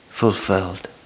fulfilled